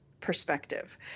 perspective